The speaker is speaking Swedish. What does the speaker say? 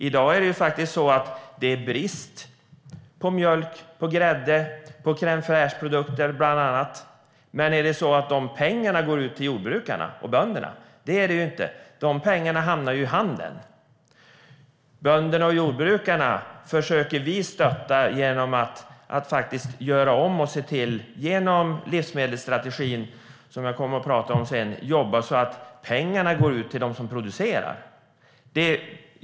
I dag är det brist på bland annat mjölk, grädde och crème fraiche-produkter, men är det så att pengarna går till jordbrukarna och bönderna? Nej, så är det inte. Pengarna hamnar i handeln. Bönderna och jordbrukarna försöker vi stötta genom livsmedelsstrategin - som jag kommer att prata om sedan - så att pengarna går till dem som producerar.